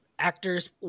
actors